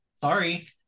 sorry